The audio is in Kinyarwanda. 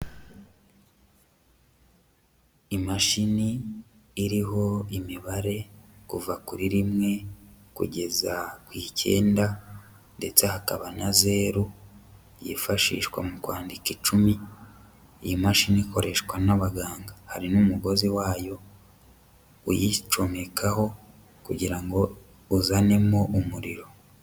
Imashini iriho imibare kuva kuri rimwe kugeza ku icyenda ndetse hakaba na zeru yifashishwa mu kwandika icumi, iyi mashini ikoreshwa n'abaganga, hari n'umugozi wayo uyicomekaho kugira ngo uzanemo umuriro.